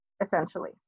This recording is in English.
essentially